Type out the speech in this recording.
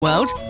world